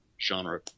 genre